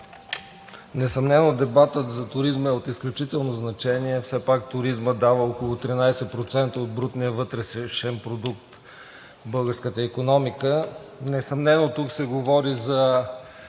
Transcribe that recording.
Несъмнено дебатът за туризма е от изключително значение. Все пак туризмът дава около 13% от брутния вътрешен продукт в българската икономика. Несъмнено тук се говори за